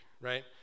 right